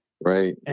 Right